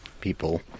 people